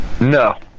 No